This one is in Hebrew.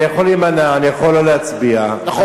אני יכול להימנע, אני יכול לא להצביע, נכון.